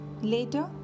Later